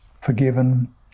forgiven